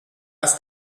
ist